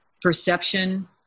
perception